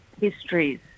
histories